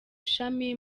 ishami